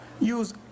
use